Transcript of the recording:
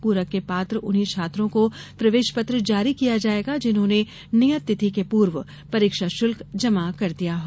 पूरक के पात्र उन्हीं छात्रों को प्रवेशपत्र जारी किया जायेगा जिन्होंने ने नियत तिथि के पूर्व परीक्षा शुल्क जमा कर दिया हो